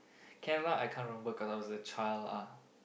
can lah I can't remember cause I was a child lah